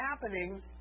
happening